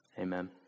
Amen